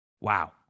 wow